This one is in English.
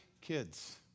kids